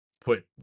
put